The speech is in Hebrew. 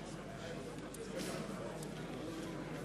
יעלון, אינו נוכח אליהו